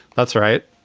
that's right,